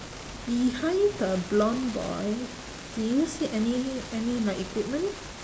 behind the blond boy do you see any e~ any like equipment